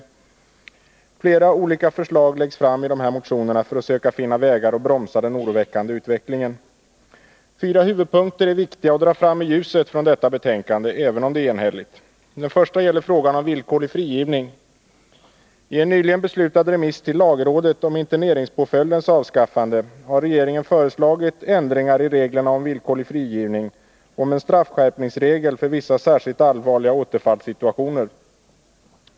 Onsdagen den Flera olika förslag läggs fram i dessa motioner för att söka finna vägar att 26 november 1980 bromsa den oroväckande utvecklingen. Fyra huvudpunkter är viktiga att dra fram i ljuset från betänkandet, även om det är enhälligt. Den första punkten gäller frågan om villkorlig frigivning. I en nyligen beslutad remiss till lagrådet om interneringspåföljdens avskaffande har regeringen föreslagit ändringar i reglerna om villkorlig frigivning samt en straffskärpningsregel för vissa särskilt allvarliga återfallssituationer.